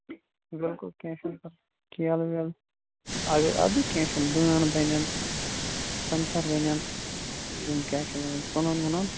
بِلکُل کیٚنٛہہ چھُنہٕ پَرواے کیلہٕ ویلہٕ اگر اَدٕ کیٚنٛہہ چھُنہٕ دٲن بنَن سنٛگتر بنَن یِم کیٛاہ چھِ وَنان ژٕنَن وٕنَن